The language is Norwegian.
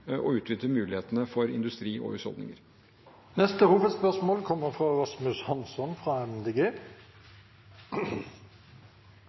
og får utnyttet mulighetene for industri og husholdninger. Vi går videre til neste hovedspørsmål.